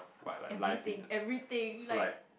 everything everything like